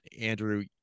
Andrew